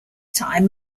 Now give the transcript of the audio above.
time